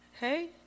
Hey